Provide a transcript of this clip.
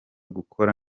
gukora